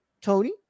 Tony